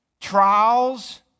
Trials